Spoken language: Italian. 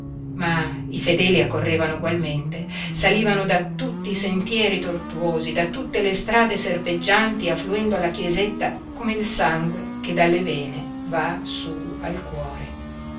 ma i fedeli accorrevano egualmente salivano da tutti i sentieri tortuosi da tutte le strade serpeggianti affluendo alla chiesetta come il sangue che dalle vene va su al cuore